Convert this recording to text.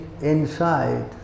inside